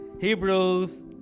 Hebrews